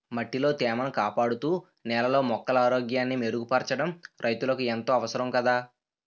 మట్టిలో తేమను కాపాడుతూ, నేలలో మొక్కల ఆరోగ్యాన్ని మెరుగుపరచడం రైతులకు ఎంతో అవసరం కదా